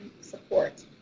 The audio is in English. support